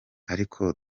ariko